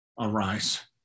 arise